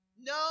No